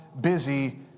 busy